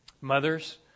Mothers